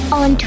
on